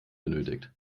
benötigt